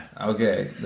okay